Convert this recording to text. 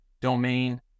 Domain